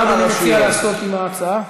מה אדוני מציע לעשות עם ההצעה?